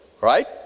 Right